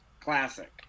Classic